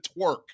twerk